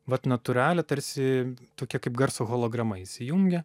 vat natūralią tarsi tokia kaip garso holograma įsijungia